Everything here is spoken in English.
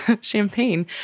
champagne